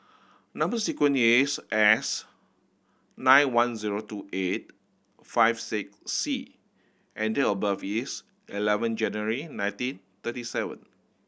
number sequence is S nine one zero two eight five six C and date of birth is eleven January nineteen thirty seven